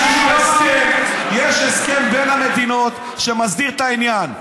יש הסכם בין המדינות שמסדיר את העניין.